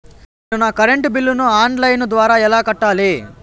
నేను నా కరెంటు బిల్లును ఆన్ లైను ద్వారా ఎలా కట్టాలి?